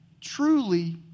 truly